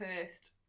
first